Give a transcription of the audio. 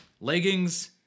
leggings